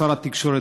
שר התקשורת,